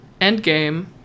Endgame